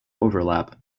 overlap